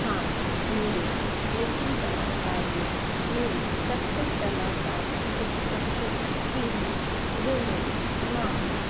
हाँ मेरे लेखन सलाहकार में मेरी सबसे सलाहकार जो कि सबसे अच्छी हैं वो मेरी माँ है